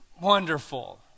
Wonderful